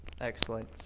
Excellent